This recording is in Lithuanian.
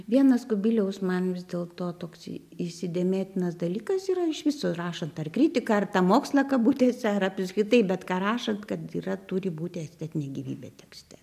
vienas kubiliaus man vis dėlto toks įsidėmėtinas dalykas yra iš viso rašant ar kritiką ar tą mokslą kabutėse ar apskritai bet ką rašot kad yra turi būti estetine gyvybė tekste